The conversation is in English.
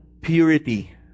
purity